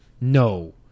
No